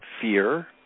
fear